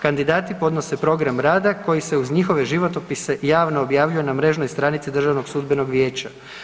Kandidati podnose programa rada koji se uz njihove životopise javno objavljuju na mrežnoj stranici Državnog sudbenog vijeća.